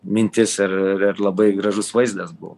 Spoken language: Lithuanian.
mintis ir ir labai gražus vaizdas buvo